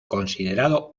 considerado